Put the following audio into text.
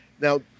now